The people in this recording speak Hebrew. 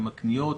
עם הקניות,